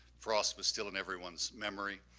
frost was still in everyone's memory,